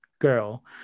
Girl